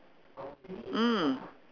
mm